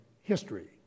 history